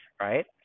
right